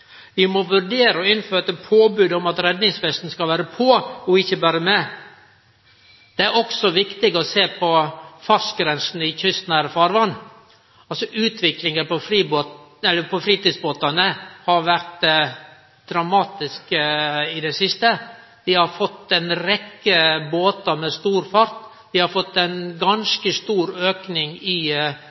Vi må vurdere å innføre påbod om at redningsvesten skal vere på og ikkje berre med. Det er også viktig å sjå på fartsgrensene i kystnære farvatn. Utviklinga av fritidsbåtane har vore dramatisk i det siste. Vi har fått ei rekkje båtar med stor fart, og vi har fått ein ganske stor auke i